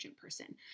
person